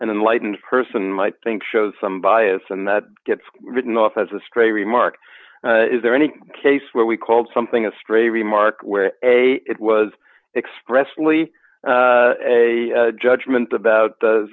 and enlightened person might think shows some bias and that gets written off as a stray remark is there any case where we called something a stray remark where it was expressly a judgment about